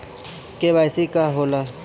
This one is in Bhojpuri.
के.वाइ.सी का होला?